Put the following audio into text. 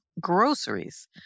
groceries